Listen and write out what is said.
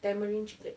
tamarind chicken